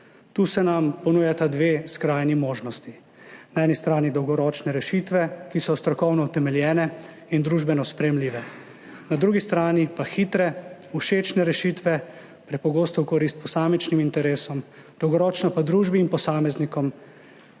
Tu se nam ponujata dve skrajni možnosti, na eni strani dolgoročne rešitve, ki so strokovno utemeljene in družbeno sprejemljive, na drugi strani pa hitre, všečne rešitve, prepogosto v korist posamičnim interesom, dolgoročno pa družbi in posameznikom